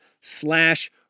slash